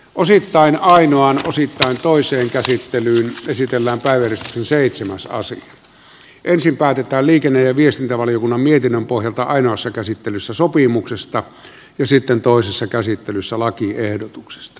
osittain ainoa tosi tai toiseen käsittelyyn esitellä yli seitsemänsataa sini ensin päätetään liikenne ja viestintävaliokunnan mietinnön pohjalta ainoassa käsittelyssä sopimuksesta ja sitten toisessa käsittelyssä lakiehdotuksesta